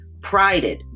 prided